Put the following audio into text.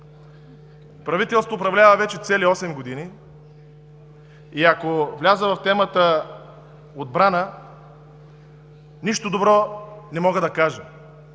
Правителството управлява вече цели осем години. Ако вляза в темата „Отбрана“ нищо добро не мога да кажа